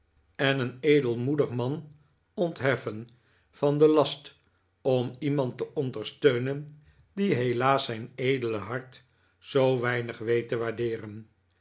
en een edelmoedig man ontheffen van den last om iemand te ondersteunen die helaas zijn edele hart zoo weinig weet te waardeeren